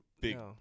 Big